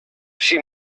she